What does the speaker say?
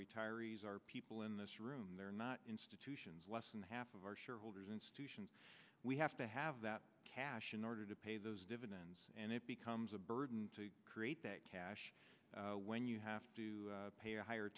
retirees our people in this room they're not institutions less than half of our shareholders institutions we have to have that cash in order to pay those dividends and it becomes a burden to create that cash when you have to pay a higher